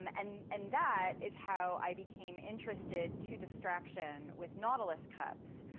um and and that is how i became interested to distraction with nautilus cups,